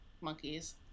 monkeys